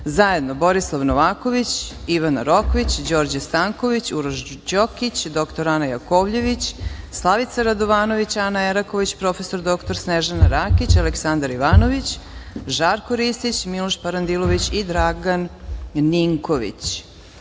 zajedno: Borislav Novaković, Ivana Rokvić, Đorđe Stanković, Uroš Đokić, dr Ane Jakovljević, Slavica Radovanović, Ana Eraković, prof. dr Snežana Rakić, Aleksandar Ivanović, Žarko Ristić, Miloš Parandilović i Dragan Ninković. Po